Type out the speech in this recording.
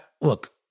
Look